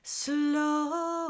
slow